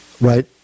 right